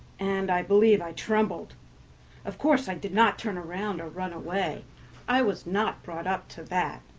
and i believe i trembled of course i did not turn round or run away i was not brought up to that.